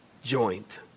joint